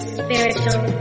spiritual